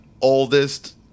oldest